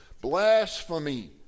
Blasphemy